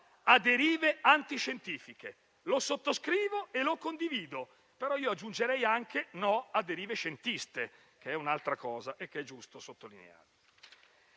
a derive antiscientifiche. Lo sottoscrivo e lo condivido, ma aggiungerei anche: no a derive scientiste, che è un'altra cosa ed è giusto sottolineare.